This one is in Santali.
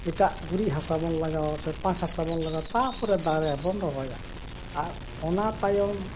ᱮᱴᱟᱜ ᱜᱩᱨᱤᱡ ᱦᱟᱥᱟ ᱵᱚᱱ ᱞᱟᱜᱟᱣᱟ ᱥᱮ ᱯᱟᱠ ᱦᱟᱥᱟ ᱵᱚᱱ ᱞᱟᱜᱟᱣᱟ ᱛᱟᱨᱯᱚᱨᱮ ᱫᱟᱨᱮᱵᱚᱱ ᱨᱚᱦᱚᱭᱟ ᱟᱨ ᱚᱱᱟ ᱛᱟᱭᱚᱢ